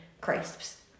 crisps